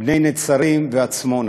בני-נצרים ועצמונה,